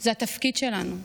זה התפקיד שלנו.